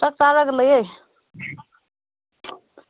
ꯆꯥꯛ ꯆꯥꯔꯒ ꯂꯩꯌꯦ